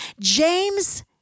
James